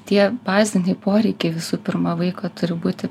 tie baziniai poreikiai visų pirma vaiko turi būti